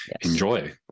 enjoy